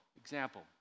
example